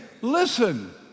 Listen